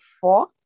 four